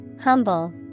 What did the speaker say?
Humble